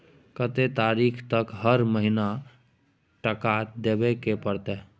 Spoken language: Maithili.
कत्ते तारीख तक हर महीना टका देबै के परतै?